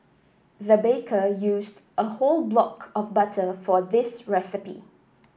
the baker used a whole block of butter for this recipe